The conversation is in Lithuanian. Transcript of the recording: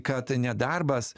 kad nedarbas